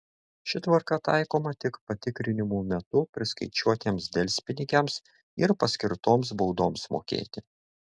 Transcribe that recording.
ši tvarka taikoma tik patikrinimų metu priskaičiuotiems delspinigiams ir paskirtoms baudoms mokėti